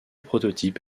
prototype